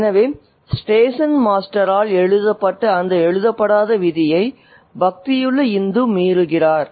எனவே ஸ்டேஷன் மாஸ்டரால் எழுதப்பட்ட அந்த எழுதப்படாத விதியை பக்தியுள்ள இந்து மீறுகிறார்